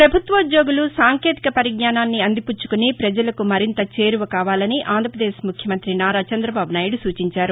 ప్రభుత్వోద్యోగులు సాంకేతిక పరిజ్ఞానాన్ని అందిపుచ్చుకొని పజలకు మరింత చేరువ కావాలని ఆంధ్రప్రదేశ్ ముఖ్యమంత్రి నారా చంద్రబాబు నాయుడు సూచించారు